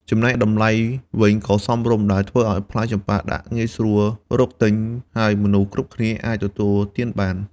ចំណែកតម្លៃវិញក៏សមរម្យ ដែលធ្វើឱ្យផ្លែចម្ប៉ាដាក់ងាយស្រួលរកទិញ ហើយមនុស្សគ្រប់គ្នាអាចទទួលទានបាន។